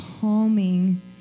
calming